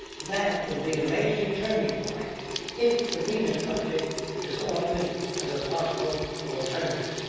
that will be a major turning point if the venus project is offered as a possible alternative.